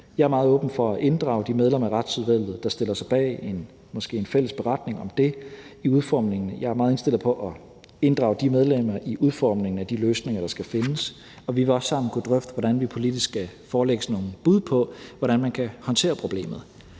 Jeg er meget åben over for at inddrage de medlemmer af Retsudvalget, der måske stiller sig bag en fælles beretning om det, i udformningen. Jeg er meget indstillet på at inddrage de medlemmer i udformningen af de løsninger, der skal findes. Og vi vil også sammen kunne drøfte, hvordan vi politisk skal forelægge sådan nogle bud på, hvordan man kan håndtere problemet.